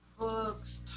books